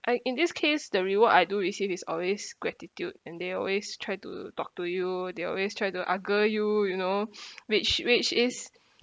I in this case the reward I do receive is always gratitude and they always try to talk to you they always try to uh girl you you know which which is